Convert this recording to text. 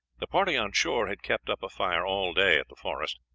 the party on shore had kept up a fire all day at the forest.